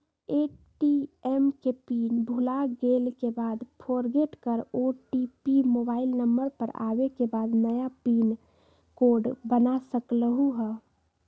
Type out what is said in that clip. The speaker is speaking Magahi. ए.टी.एम के पिन भुलागेल के बाद फोरगेट कर ओ.टी.पी मोबाइल नंबर पर आवे के बाद नया पिन कोड बना सकलहु ह?